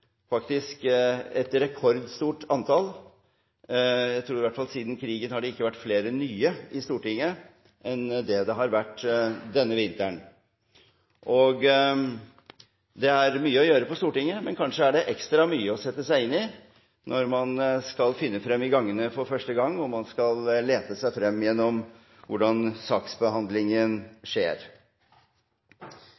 faktisk et rekordstort antall – jeg tror at det i hvert fall siden krigens dager ikke har vært flere nye på Stortinget enn det har vært denne vinteren. Det er mye å gjøre på Stortinget, men kanskje er det ekstra mye å sette seg inn i når man skal finne frem i gangene for første gang, og når man skal lete seg frem til hvordan saksbehandlingen